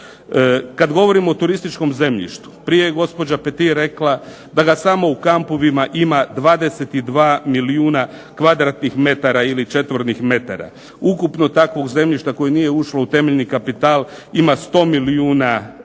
Kad govorim o turističkom zemljištu prije je gospođa Petir rekla da ga samo u kampovima ima 22 milijuna kvadratnih metara ili četvornih metara. Ukupno takvog zemljišta koje nije ušlo u temeljni kapital ima 100 milijuna metara.